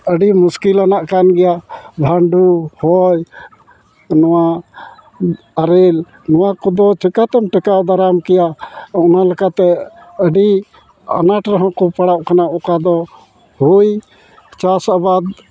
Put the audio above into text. ᱟᱹᱰᱤ ᱢᱩᱥᱠᱤᱞᱟᱱᱟᱜ ᱠᱟᱱᱜᱮᱭᱟ ᱵᱷᱟᱱᱰᱳ ᱦᱚᱭ ᱱᱚᱣᱟ ᱟᱨᱮᱞ ᱱᱚᱣᱟ ᱠᱚᱫᱚ ᱪᱤᱠᱟᱹᱛᱮᱢ ᱴᱮᱠᱟᱣ ᱫᱟᱨᱟᱢ ᱠᱮᱭᱟ ᱚᱱᱟ ᱞᱮᱠᱟᱛᱮ ᱟᱹᱰᱤ ᱟᱱᱟᱴ ᱨᱮᱦᱚᱸ ᱠᱚ ᱯᱟᱲᱟᱜᱟ ᱠᱟᱱᱟ ᱚᱠᱟ ᱫᱚ ᱦᱳᱭ ᱪᱟᱥ ᱟᱵᱟᱫᱽ